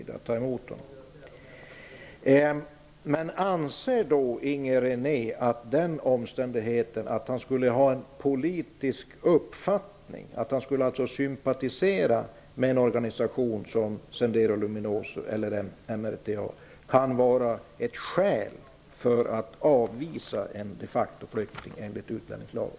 Anser Inger René att den omständigheten att en flykting har en politisk uppfattning, att han skulle sympatisera med en organisation som Sendero Luminoso eller MRTA, kan vara ett skäl för att avvisa en de facto-flykting enligt utlännningslagen?